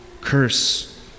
curse